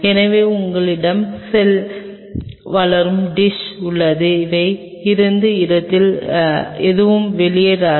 எனவே உங்களிடம் செல் வளரும் டிஷ் உள்ளது அவை இருக்கும் இடத்திலிருந்து எதுவும் வெளியேறாது